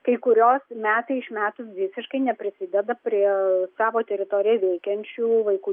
kai kurios metai iš metų visiškai neprisideda prie savo teritorijoje veikiančių vaikų